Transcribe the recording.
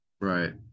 Right